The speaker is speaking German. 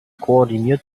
koordiniert